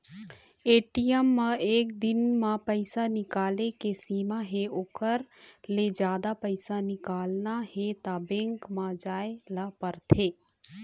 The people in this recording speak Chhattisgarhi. ए.टी.एम म एक दिन म पइसा निकाले के सीमा हे ओखर ले जादा पइसा निकालना हे त बेंक म जाए ल परथे